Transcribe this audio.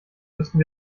müssten